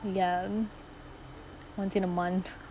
ya once in a month